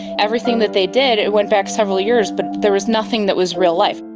everything that they did, it went back several years but there was nothing that was real life.